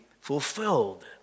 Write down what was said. fulfilled